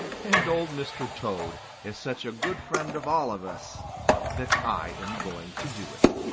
and old mr. toad is such a good friend of all of us that i am going to do it.